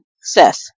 Seth